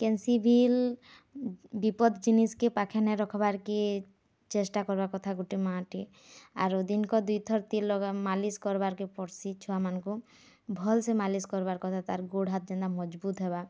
କେନ୍ସି ବିଲ୍ବିପଦ୍ ଜିନିଷ୍କେ ପାଖେ ନାଇ ରଖବାରକେ ଚେଷ୍ଟା କରିବାର୍ କଥା ଗୋଟେ ମାଆଟେ ଆର ଦିନ୍କେ ଦୁଇ ଥର୍ ତେଲ୍ ଲଗାମା ମାଲିସ୍ କରବାର୍ କେ ପଡ଼ସି ଛୁଆମାନଙ୍କୁ ଭଲସେ ମାଲିସ୍ କର୍ବାର୍ କଥା ତାର୍ ଗୋଡ଼୍ ହାତ୍ ହେନ୍ତା ମଜବୁତ୍ ହେବା